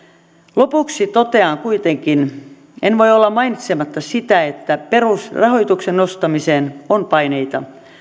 lopuksi totean kuitenkin en voi olla mainitsematta sitä että perusrahoituksen nostamiseen on paineita